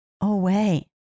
away